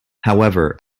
however